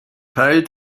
teil